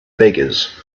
beggars